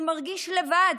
הוא מרגיש לבד,